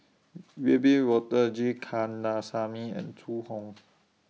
Wiebe Wolters G Kandasamy and Zhu Hong